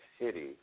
City